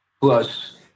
plus